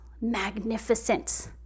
magnificent